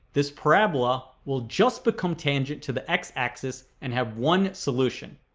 this parabola will just become tangent to the x-axis and have one solution.